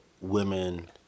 women